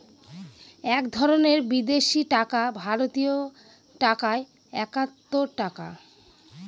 এক ধরনের বিদেশি টাকা ভারতীয় টাকায় একাত্তর টাকা